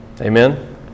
Amen